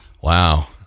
Wow